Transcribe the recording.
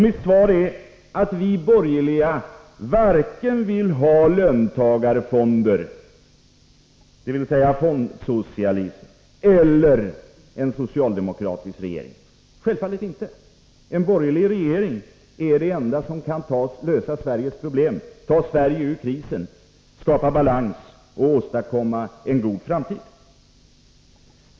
Mitt svar är att vi borgerliga vill ha varken löntagarfonder, dvs. fondsocialism, eller en socialdemokratisk regering. Självfallet inte. En borgerlig regering är det enda som kan lösa Sveriges problem och ta Sverige ur krisen, skapa ekonomisk balans och åstadkomma en god framtid.